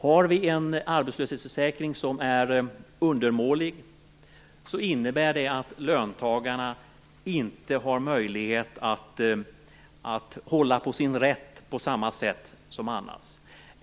Har vi en arbetslöshetsförsäkring som är undermålig innebär det att löntagarna inte har möjlighet att hålla på sin rätt på samma sätt som annars.